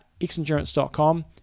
xendurance.com